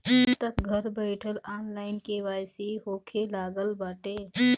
अबतअ घर बईठल ऑनलाइन के.वाई.सी होखे लागल बाटे